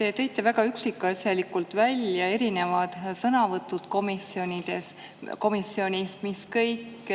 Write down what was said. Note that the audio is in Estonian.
Te tõite väga üksikasjalikult välja erinevad sõnavõtud komisjonis, mis kõik